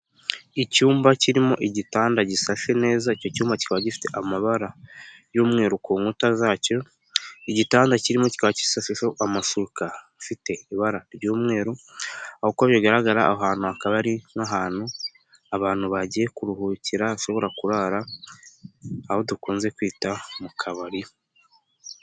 Icyumba kirimo igitanda gisashe neza, icyo cyuyuma kikaba gifite amabara y'umweru ku nkuta zacyo, igitanda kirimo gisasheho amasuka afite ibara ry'umweru uko bigaragara ahantu hakaba ari ahantu abantu bagiye kuruhukira bashobora kurara aho dukunze kwita mu kabari.